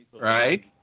right